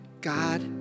God